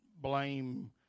blame